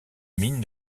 mine